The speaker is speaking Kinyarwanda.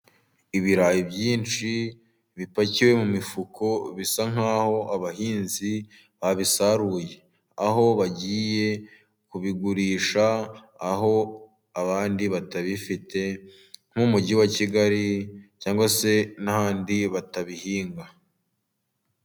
Ibirayi byinshi bipakiwe mu mifuka, bisa nk'aho abahinzi babisaruye. Aho bagiye kubigurisha aho abandi batabifite. Nk'umugi wa Kigali cyangwa se n'ahandi batabihinga.